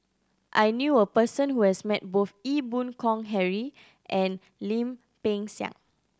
I knew a person who has met both Ee Boon Kong Henry and Lim Peng Siang